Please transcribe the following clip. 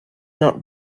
not